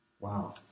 Wow